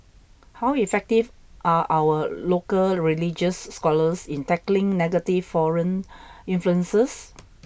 how effective are our local religious scholars in tackling negative foreign influences